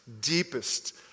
deepest